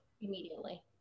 immediately